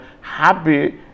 happy